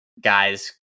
guys